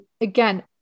again